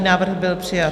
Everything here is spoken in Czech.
Návrh byl přijat.